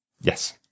yes